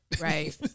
Right